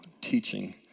teaching